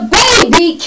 baby